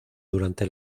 durante